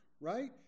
right